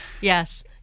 Yes